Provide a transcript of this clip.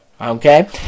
okay